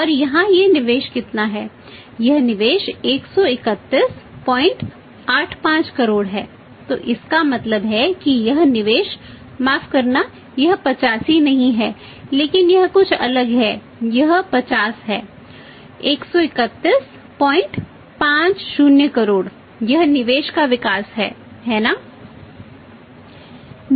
और यहां यह निवेश कितना है यह निवेश 13185 करोड़ है तो इसका मतलब है कि यह निवेश माफ़ करना यह 85 नहीं है लेकिन यह कुछ अलग है यह 50 है 13150 करोड़ यह निवेश का विकास है है ना